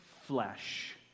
flesh